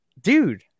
dude